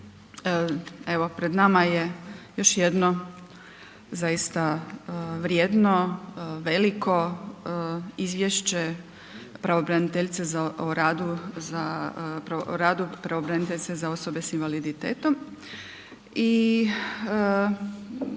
evo pred nama je još jedno zaista vrijedno veliko izvješće pravobraniteljice o radu za, o radu pravobraniteljice za osobe s invaliditetom i